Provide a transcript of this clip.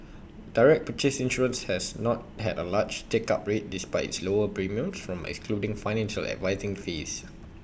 direct purchase insurance has not had A large take up rate despite its lower premiums from excluding financial advising fees